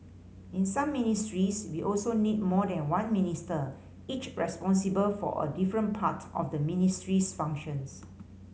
in some ministries we also need more than one Minister each responsible for a different part of the ministry's functions